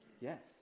Yes